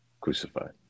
crucified